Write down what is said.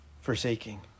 forsaking